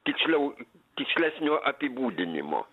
tiksliau tikslesnio apibūdinimo